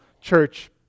church